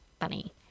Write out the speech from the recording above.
funny